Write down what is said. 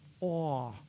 awe